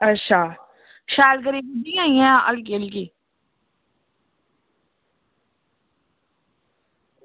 अच्छा शैल करियै गुड्डी जां हल्की हल्की